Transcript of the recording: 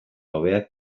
hobeak